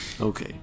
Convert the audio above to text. okay